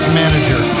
manager